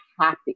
happy